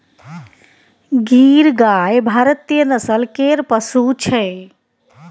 गीर गाय भारतीय नस्ल केर पशु छै